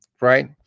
Right